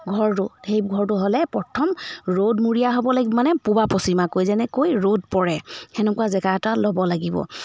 ঘৰটো সেই ঘৰটো হ'লে প্ৰথম ৰ'দমূৰীয়া হ'ব লাগ মানে পূবা পশ্চিমাকৈ যেনেকৈ ৰ'দ পৰে সেনেকুৱা জেগা এটা ল'ব লাগিব